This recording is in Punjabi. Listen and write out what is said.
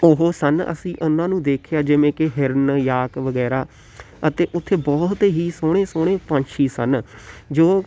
ਉਹ ਸਨ ਅਸੀਂ ਉਹਨਾਂ ਨੂੰ ਦੇਖਿਆ ਜਿਵੇਂ ਕਿ ਹਿਰਨ ਯਾਕ ਵਗੈਰਾ ਅਤੇ ਉੱਥੇ ਬਹੁਤ ਹੀ ਸੋਹਣੇ ਸੋਹਣੇ ਪੰਛੀ ਸਨ ਜੋ